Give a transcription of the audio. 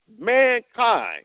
mankind